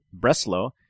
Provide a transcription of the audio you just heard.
Breslow